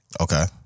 Okay